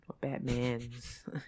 Batman's